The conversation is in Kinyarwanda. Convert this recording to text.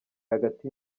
hagati